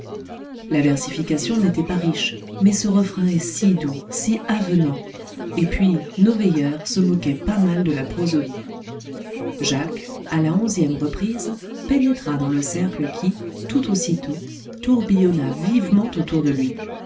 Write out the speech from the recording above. la versification n'était pas riche mais ce refrain est si doux si avenant et puis nos veilleurs se moquaient pas mal de la prosodie jacques à la onzième reprise pénétra dans le cercle qui tout aussitôt tourbillonna vivement autour de lui